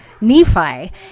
nephi